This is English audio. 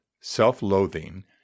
self-loathing